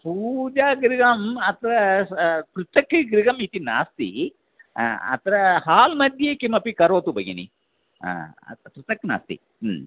पूजागृहम् अत्र पृथक् गृहम् इति नास्ति अत्र हाल् मध्ये किमपि करोतु भगिनि अत्र पृथक् नास्ति